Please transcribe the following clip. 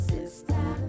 Sister